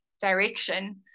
direction